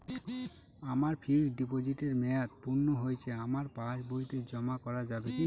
আমার ফিক্সট ডিপোজিটের মেয়াদ পূর্ণ হয়েছে আমার পাস বইতে জমা করা যাবে কি?